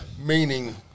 Meaning